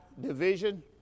division